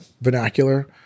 vernacular